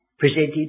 Presented